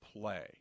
play